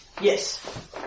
Yes